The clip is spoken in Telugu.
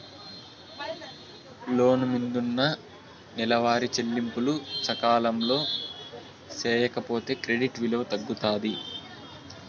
లోను మిందున్న నెలవారీ చెల్లింపులు సకాలంలో సేయకపోతే క్రెడిట్ విలువ తగ్గుతాది